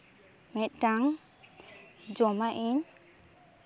ᱢᱤᱫᱴᱟᱝ ᱡᱚᱢᱟᱜ ᱤᱧ